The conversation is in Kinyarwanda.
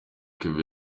kevin